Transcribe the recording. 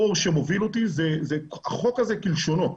שמוביל אותי זה החוק הזה כלשונו.